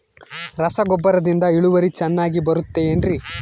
ರಸಗೊಬ್ಬರದಿಂದ ಇಳುವರಿ ಚೆನ್ನಾಗಿ ಬರುತ್ತೆ ಏನ್ರಿ?